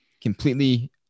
completely